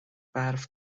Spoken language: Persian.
برف